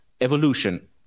evolution